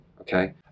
okay